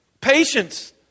Patience